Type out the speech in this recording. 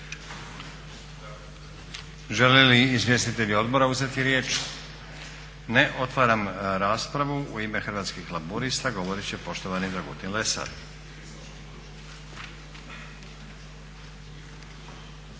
Žele li izvjestitelji odbora uzeti riječ? Ne. Otvaram raspravu. U ime Hrvatskih laburista govorit će poštovani Dragutin Lesar.